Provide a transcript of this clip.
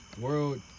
world